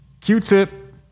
Q-Tip